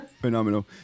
Phenomenal